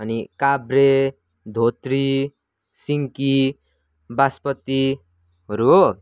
अनि काब्रे धोत्री सिङ्की बाँसपत्तेहरू हो